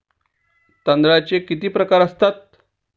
तांदळाचे किती प्रकार असतात?